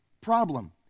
problem